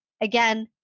again